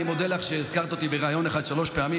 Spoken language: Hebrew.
אני מודה לך שהזכרת אותי בריאיון אחד שלוש פעמים.